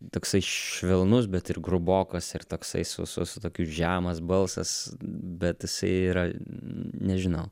toksai švelnus bet ir grubokas ir toksai su su su tokiu žemas balsas bet isai yra nežinau